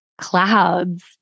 clouds